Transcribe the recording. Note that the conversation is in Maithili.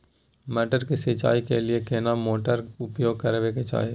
मटर के सिंचाई के लिये केना मोटर उपयोग करबा के चाही?